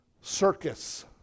circus